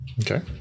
okay